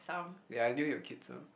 ya your kids ah